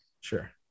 Sure